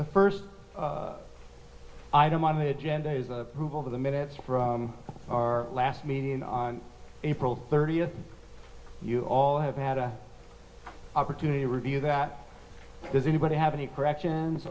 the first item on the agenda is approval of the minutes from our last meeting on april thirtieth you all have had the opportunity to review that does anybody have any corrections